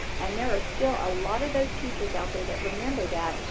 and there are still a lot of those teachers out there that remember that,